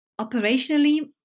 Operationally